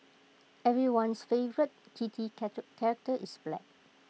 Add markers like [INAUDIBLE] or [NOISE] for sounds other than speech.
everyone's favourite kitty [UNINTELLIGIBLE] character is back